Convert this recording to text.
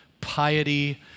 piety